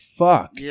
fuck